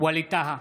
ווליד טאהא,